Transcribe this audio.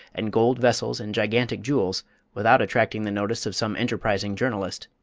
and gold vessels, and gigantic jewels without attracting the notice of some enterprising journalist.